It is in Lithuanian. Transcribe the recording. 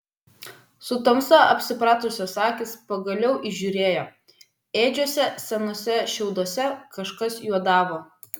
su tamsa apsipratusios akys pagaliau įžiūrėjo ėdžiose senuose šiauduose kažkas juodavo